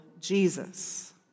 Jesus